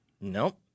Nope